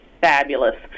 fabulous